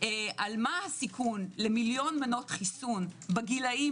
על מה הסיכון למיליון מנות חיסון בגילאים